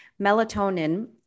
Melatonin